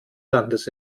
landes